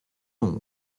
nom